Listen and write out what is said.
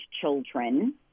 children